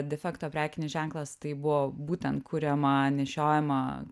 defekto prekinis ženklas tai buvo būtent kuriama nešiojama